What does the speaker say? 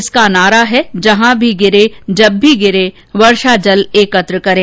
इसका नारा है जहां भी गिरे जब भी गिरे वर्षा जल एकत्र करें